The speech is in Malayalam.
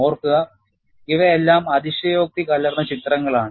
ഓർക്കുക ഇവയെല്ലാം അതിശയോക്തി കലർന്ന ചിത്രങ്ങളാണ്